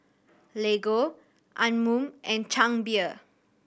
Lego Anmum and Chang Beer